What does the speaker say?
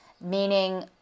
Meaning